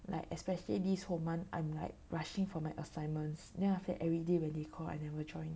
like especially this whole month I'm like rushing for my assignments then after that everyday when they call I never join